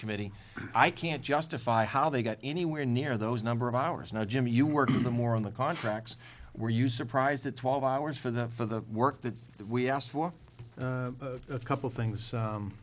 committee i can't justify how they got anywhere near those number of hours and i jim you work the more on the contracts were you surprised that twelve hours for the for the work that we asked for a couple things